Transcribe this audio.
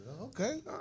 Okay